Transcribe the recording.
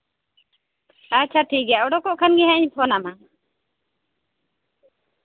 ᱟᱪᱪᱷᱟ ᱴᱷᱤᱠᱜᱮᱭᱟ ᱚᱰᱚᱠᱚᱜ ᱠᱷᱟᱱ ᱜᱮ ᱦᱟᱸᱜ ᱤᱧ ᱯᱷᱳᱱᱟᱢᱟ